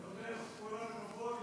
מוותר.